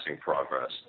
progress